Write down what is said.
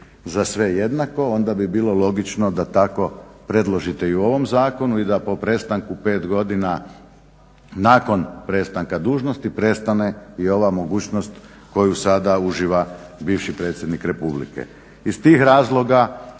za sve jednako onda bi bilo logično da tako predložite i u ovom zakonu i da po prestanku pet godina nakon prestanka dužnosti prestane i ova mogućnost koju sada uživa bivši predsjednik Republike. Iz tih razloga